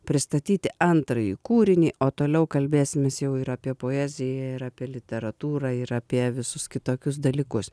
pristatyti antrąjį kūrinį o toliau kalbėsimės jau ir apie poeziją ir apie literatūrą ir apie visus kitokius dalykus